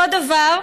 אותו דבר,